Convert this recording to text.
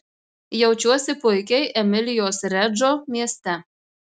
jaučiuosi puikiai emilijos redžo mieste